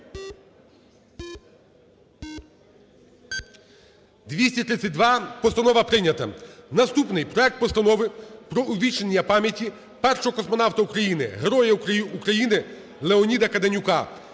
За-232 Постанова прийнята. Наступний – проект Постанови про увічнення пам'яті Першого космонавта України, Героя України Леоніда Каденюка